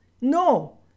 No